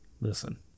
Listen